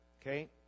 okay